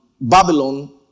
Babylon